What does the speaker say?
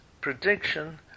prediction